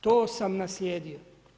To sam naslijedio.